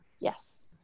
Yes